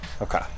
Okay